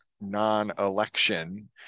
non-election